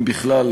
אם בכלל,